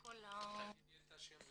אבל לפני זה אני נותן לגברת.